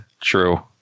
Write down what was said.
True